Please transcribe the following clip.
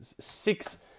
six